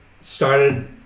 started